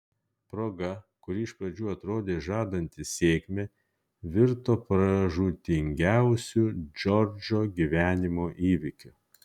proga kuri iš pradžių atrodė žadanti sėkmę virto pražūtingiausiu džordžo gyvenimo įvykiu